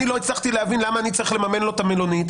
אני לא הצלחתי להבין למה אני צריך לממן לו את המלונית,